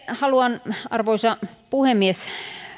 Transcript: haluan arvoisa puhemies